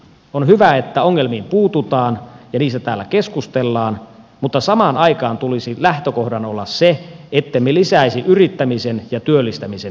on hyvä että ongelmiin puututaan ja niistä täällä keskustellaan mutta samaan aikaan tulisi lähtökohdan olla se ettemme lisäisi yrittämisen ja työllistämisen esteitä